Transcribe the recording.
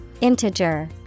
Integer